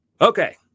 okay